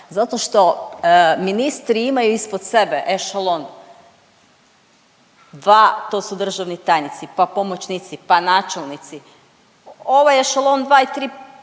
Zato što ministri imaju ispod sebe ešalon, dva, to su državni tajnici pa pomoćnici pa načelnici, ovaj ešalon 2 i 3